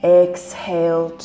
exhale